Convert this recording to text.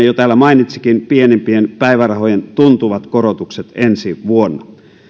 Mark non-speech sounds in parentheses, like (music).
(unintelligible) jo mainitsikin pienimpiin päivärahoihin on tuntuvat korotukset ensi vuonna